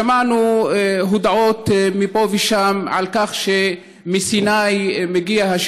שמענו הודעות מפה ושם על כך שהשיבוש הזה מגיע מסיני.